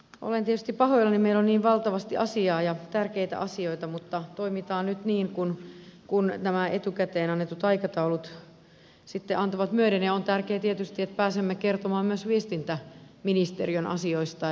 olen tietysti pahoillani meillä on niin valtavasti asiaa ja tärkeitä asioita mutta toimitaan nyt niin kuin nämä etukäteen annetut aikataulut antavat myöden ja on tärkeää tietysti että pääsemme kertomaan myös viestintäministeriön asioista